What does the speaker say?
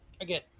Again